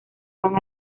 van